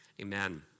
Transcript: Amen